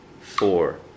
four